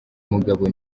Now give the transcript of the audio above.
mugabo